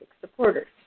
supporters